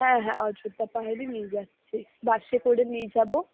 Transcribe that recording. হ্যাঁ হ্যাঁ অযোধ্যা পাহাড়ই নিয়ে যাচ্ছি বাসে করে নিয়ে যাব